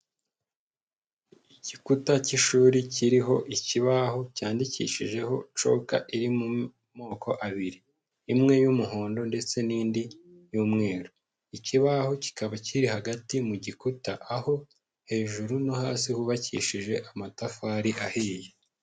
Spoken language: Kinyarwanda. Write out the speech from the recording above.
Igikuta cy'ishuri kiriho ikibaho cyandikishijeho coka iri mu moko abiri, imwe y'umuhondo ndetse n'indi y'umweru, ikibaho kikaba kiri hagati mu gikuta aho hejuru no hasi hubakishije amatafari ahiye.